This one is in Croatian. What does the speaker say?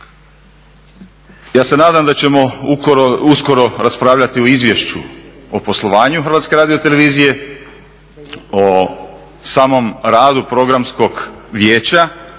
Ja se nadam da ćemo uskoro raspravljati o izvješću o poslovanju HRT-a, o samom radu Programskog vijeća